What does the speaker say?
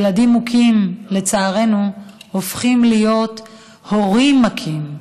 ילדים מוכים, לצערנו, הופכים להיות הורים מכים.